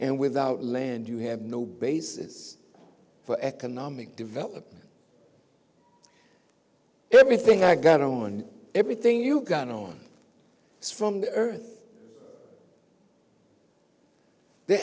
and without land you have no basis for economic development everything i got on everything you got on from the earth the